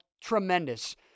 tremendous